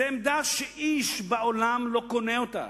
זה עמדה שאיש בעולם לא קונה אותה.